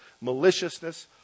maliciousness